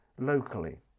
locally